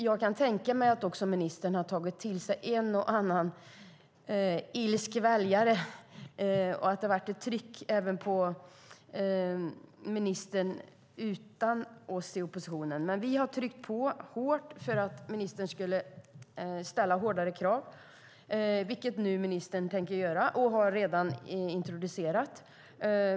Jag kan tänka mig att ministern också har tagit till sig synpunkter från en och annan ilsken väljare och att det har varit ett tryck på ministern även utan oss i oppositionen, men vi har tryckt på hårt för att ministern skulle ställa hårdare krav, vilket ministern nu tänker göra och redan har introducerat.